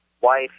wife